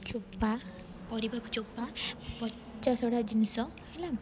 ଚୋପା ପରିବା ଚୋପା ପଚାସଢ଼ା ଜିନିଷ ହେଲା